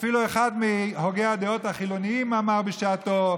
אפילו אחד מהוגי הדעות החילונים אמר בשעתו: